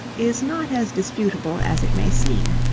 is not as disputable as it may seem.